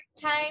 time